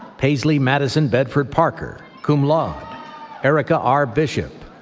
paisley madison bedford parker, cum laude erika r. bishop,